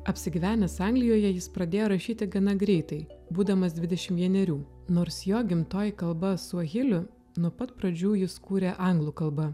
apsigyvenęs anglijoje jis pradėjo rašyti gana greitai būdamas dvidešimt vienerių nors jo gimtoji kalba su hiliu nuo pat pradžių jis kūrė anglų kalba